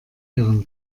ihren